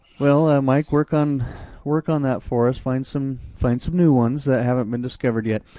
well mike work on work on that for us. find some find some new ones that haven't been discovered yet.